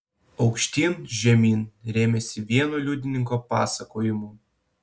aukštyn žemyn rėmėsi vieno liudininko pasakojimu